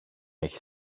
έχει